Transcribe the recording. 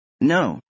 No